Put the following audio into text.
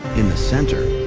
in the center,